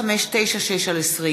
2596/20